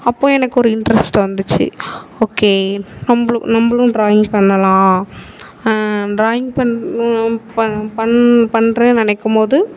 அப்போது எனக்கு ஒரு இன்ட்ரஸ்ட்டு வந்துச்சு ஓகே நம்மளும் நம்மளும் டிராயிங் பண்ணலாம் டிராயிங் பண்ணுறேன்னு நினைக்கும்போது